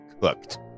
cooked